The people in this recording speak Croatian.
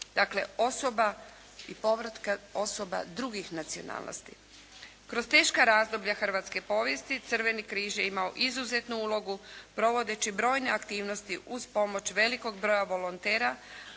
Dakle, osoba i povratka osoba drugih nacionalnosti. Kroz teška razdoblja hrvatske povijesti Crveni križ je imao izuzetnu ulogu provodeći brojne aktivnosti uz pomoć velikog broja volontera,